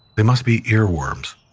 there must be earworms,